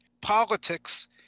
politics